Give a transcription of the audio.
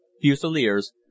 Fusiliers